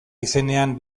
izenean